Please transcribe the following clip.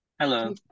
Hello